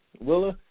Willa